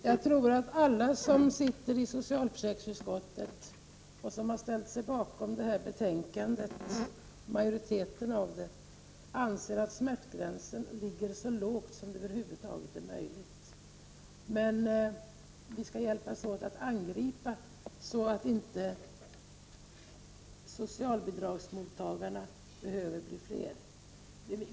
Fru talman! Jag tror att majoriteten i socialutskottet, de som ställt sig bakom det här betänkandet, anser att smärtgränsen skall ligga så lågt som det över huvud taget är möjligt. Vi skall hjälpas åt att angripa problemen så att inte socialbidragstagarna behöver bli fler.